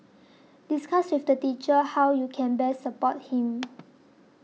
discuss with the teacher how you can best support him